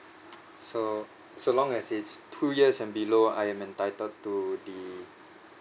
so so long as it's two years and below I am entitled to the